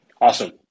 Awesome